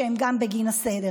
שגם הם בגין הסגר.